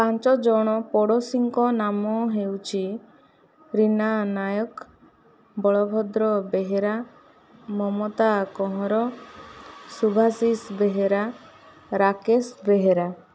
ପାଞ୍ଚ ଜଣ ପଡ଼ୋଶୀଙ୍କ ନାମ ହେଉଛି ରୀନା ନାୟକ ବଳଭଦ୍ର ବେହେରା ମମତା କହଁର ସୁଭାଶୀଷ ବେହେରା ରାକେଶ ବେହେରା